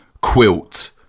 quilt